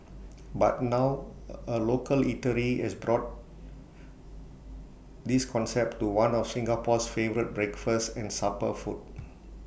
but now A local eatery has brought this concept to one of Singapore's favourite breakfast and supper food